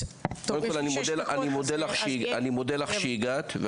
קודם כל אני מודה לך שהגעת.